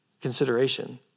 consideration